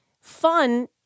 fun